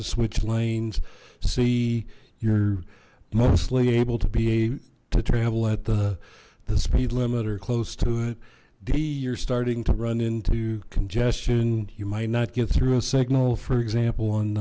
to switch lanes c you're mostly able to be to travel at the the speed limit or close to it d you're starting to run into congestion you might not get through a signal for example on